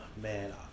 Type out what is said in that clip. man